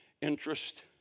interest